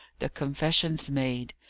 the confession's made.